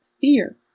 fear